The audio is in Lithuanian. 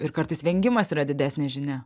ir kartais vengimas yra didesnė žinia